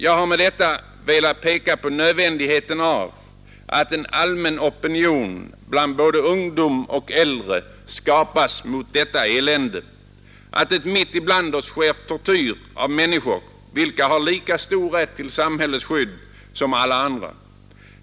Jag har med detta velat peka på nödvändigheten av att en allmän opinion, bland både ungdom och äldre, skapas mot detta elände, mot att det mitt i bland oss utövas tortyr mot människor, vilka har lika stor rätt till samhällets skydd som alla andra.